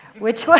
which